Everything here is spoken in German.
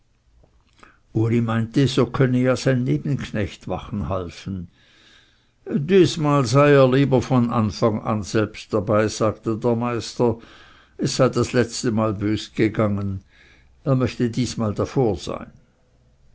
meinte so könnte ja sein nebenknecht wachen helfen diesmal sei er lieber von anfang an selbst dabei sagte der meister es sei das letztemal bös gegangen er möchte diesmal davor sein